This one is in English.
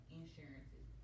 insurances